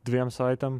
dviem savaitėm